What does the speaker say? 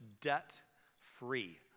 debt-free